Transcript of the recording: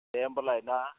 दे होमब्लालाय ना